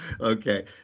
Okay